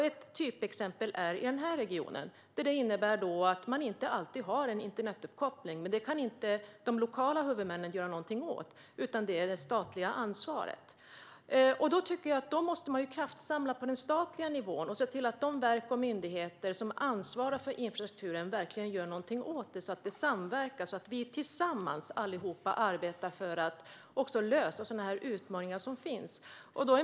Ett typexempel gäller denna region, där man inte alltid har en internetuppkoppling. Men det kan inte de lokala huvudmännen göra någonting åt. Det är ett statligt ansvar. Då tycker jag att man måste kraftsamla på den statliga nivån och se till att de verk och myndigheter som ansvarar för infrastrukturen verkligen gör någonting åt detta, så att det blir en samverkan och att vi alla tillsammans arbetar för att komma till rätta med de utmaningar som finns.